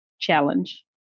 challenge